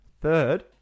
Third